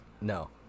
No